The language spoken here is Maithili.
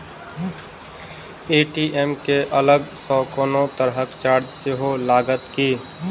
ए.टी.एम केँ अलग सँ कोनो तरहक चार्ज सेहो लागत की?